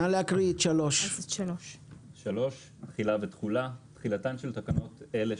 נא להקריא את 3. תחילה ותחולה תחילתן של תקנות אלה,